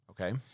Okay